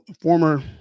Former